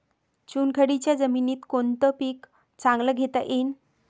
चुनखडीच्या जमीनीत कोनतं पीक चांगलं घेता येईन?